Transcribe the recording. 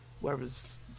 whereas